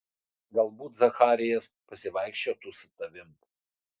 galbūt zacharijas pasivaikščiotų su tavimi